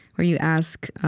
where you ask,